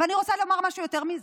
אבל אני רוצה לומר משהו יותר מזה.